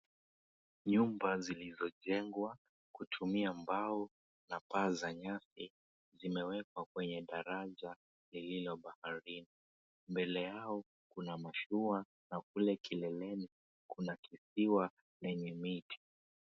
Nyumba zilizojengwa kutumia mbao na paa za nyasi, zimewekwa kwenye daraja lililo baharini. Mbele yao kuna mashua, na kule kileleni kuna kisiwa chenye miti.